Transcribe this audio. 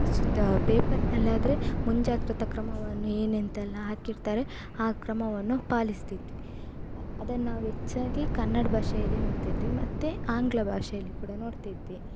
ಪೇಪರ್ನಲ್ಲಾದರೆ ಮುಂಜಾಗ್ರತಾ ಕ್ರಮವನ್ನು ಏನಂತೆಲ್ಲ ಹಾಕಿರ್ತಾರೆ ಆ ಕ್ರಮವನ್ನು ಪಾಲಿಸ್ತಿದ್ವಿ ಅದನ್ನ ನಾವು ಹೆಚ್ಚಾಗಿ ಕನ್ನಡ ಭಾಷೆಯಲ್ಲಿ ನೋಡ್ತಿದ್ವಿ ಮತ್ತು ಆಂಗ್ಲ ಭಾಷೆಯಲ್ಲಿ ಕೂಡ ನೋಡ್ತಿದ್ವಿ